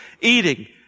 eating